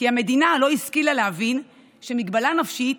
כי המדינה לא השכילה להבין שמגבלה נפשית